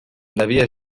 devia